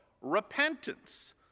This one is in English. repentance